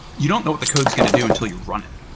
you don't know what the code is going to do until you run it.